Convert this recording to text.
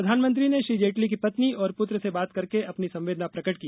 प्रधानमंत्री ने श्री जेटली की पत्नी और पुत्र से बात करके अपनी संवेदना प्रकट की